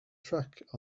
track